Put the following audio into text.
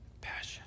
Passion